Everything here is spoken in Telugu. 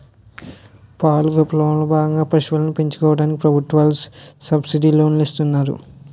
పాల విప్లవం లో భాగంగా పశువులను పెంచుకోవడానికి ప్రభుత్వాలు సబ్సిడీ లోనులు ఇస్తున్నారు